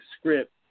script